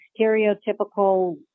stereotypical